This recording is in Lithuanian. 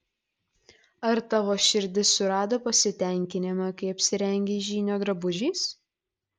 ar tavo širdis surado pasitenkinimą kai apsirengei žynio drabužiais